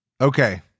okay